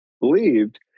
believed